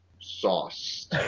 Sauce